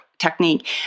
Technique